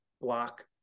block